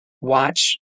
watch